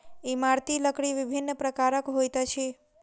इमारती लकड़ी विभिन्न प्रकारक होइत अछि